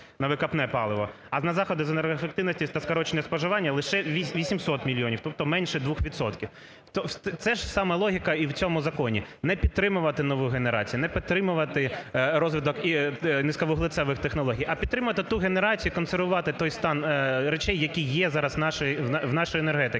а на заходи з енергоефективності та скорочення споживання – лише 800 мільйонів, тобто менше 2 відсотків. Ця ж сама логіка і в цьому законі – не підтримувати нову генерацію, не підтримувати розвиток і низьковуглецевих технологій, а підтримувати ту генерацію і консервувати той стан речей, який є зараз в нашій енергетиці,